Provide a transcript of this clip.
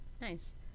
Nice